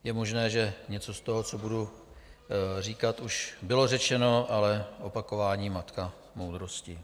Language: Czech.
Je možné, že něco z toho, co budu říkat, už bylo řečeno, ale opakování matka moudrosti.